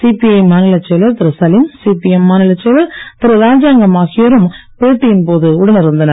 CBI மாநிலச் செயலர் திரு சலீம் சிபிஎம் மாநிலச் செயலர் திரு ராஜாங்கம் ஆகியோரும் பேட்டியின் போது உடன் இருந்தனர்